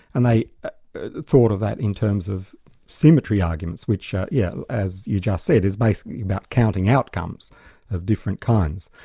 and they thought of that in terms of symmetry arguments, which are, yeah as you just said, is basically about counting outcomes of different kinds.